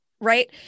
Right